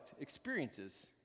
experiences